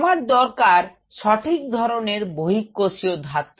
আমার দরকার সঠিক ধরনের বহিঃকোষীয় ধাত্র